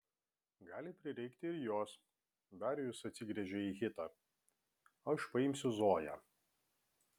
gali prireikti ir jos darijus atsigręžė į hitą aš paimsiu zoją